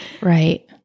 right